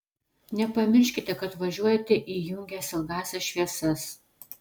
nepamirškite kad važiuojate įjungęs ilgąsias šviesas